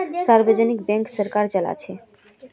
सार्वजनिक बैंक सरकार चलाछे